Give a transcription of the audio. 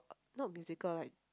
not musical like